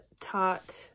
taught